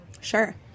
Sure